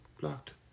Blocked